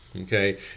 Okay